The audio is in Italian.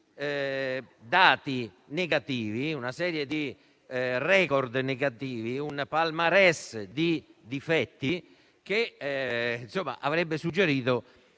dati negativi e *record* negativi, un *palmarès* di difetti che avrebbe suggerito